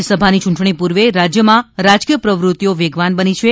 રાજ્યસભાની યૂંટણી પૂર્વે રાજ્યમાં રાજકીય પ્રવૃત્તિઓ વેગવાન બની છે